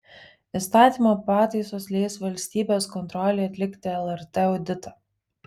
įstatymo pataisos leis valstybės kontrolei atlikti lrt auditą